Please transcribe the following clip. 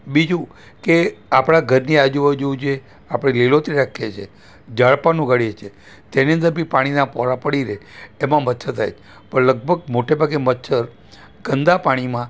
બીજું કે આપણાં ઘરની આજુબાજુ જે આપણે લીલોતરી રાખીએ છીએ ઝાડ પણ ઉગાડીએ છીએ તેની અંદર બી પાણીનાં પોરાં પડી રહે તેમાં મચ્છર થાય પણ લગભગ મોટેભાગે મચ્છર ગંદા પાણીમાં